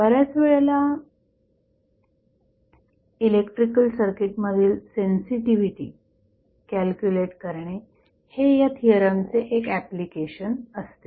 बऱ्याच वेळा electrical circuit मधील सेन्सिटिव्हिटी कॅल्क्युलेट करणे हे या थिअरमचे एक एप्लीकेशन असते